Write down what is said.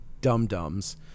dum-dums